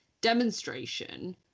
demonstration